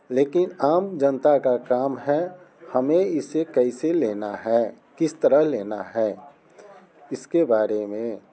लेकिन आम जनता का काम है हमें इसे कैसे लेना है किस तरह लेना है इसके बारे में